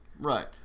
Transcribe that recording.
Right